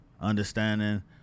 Understanding